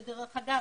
שדרך אגב,